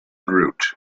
route